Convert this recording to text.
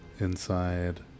inside